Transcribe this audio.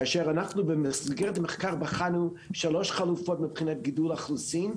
כאשר אנחנו במסגרת המחקר בחנו שלוש חלופות מבחינת גידול האוכלוסין,